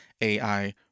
AI